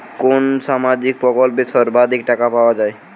কোন সামাজিক প্রকল্পে সর্বাধিক টাকা পাওয়া য়ায়?